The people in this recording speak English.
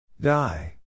Die